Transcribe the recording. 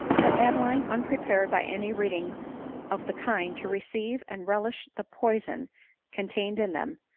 but adeline, unprepared by any reading of the kind to receive and relish the poison contained in them,